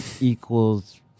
equals